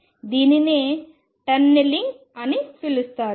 దీనినే టన్నెలింగ్ అని పిలుస్తారు